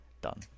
Done